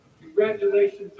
Congratulations